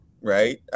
Right